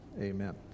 Amen